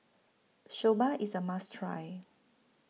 Soba IS A must Try